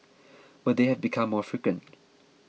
but they have become more frequent